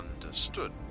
Understood